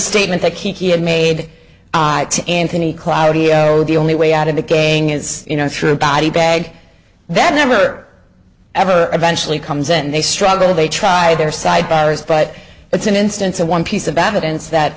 statement that he had made to anthony cloudy or the only way out of the gang is you know through body bag that never ever eventually comes in they struggle they tried their side bars but it's an instance of one piece of bad ends that